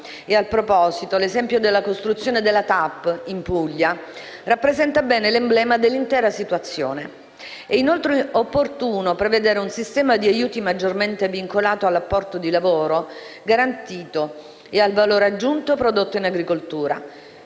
A tal proposito l'esempio della costruzione della TAP, in Puglia, rappresenta bene l'emblema dell'intera situazione. È inoltre opportuno prevedere un sistema di aiuti maggiormente vincolato all'apporto di lavoro garantito e al valore aggiunto prodotto in agricoltura,